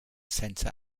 center